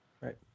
right